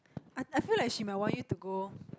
I I feel like she might want you to go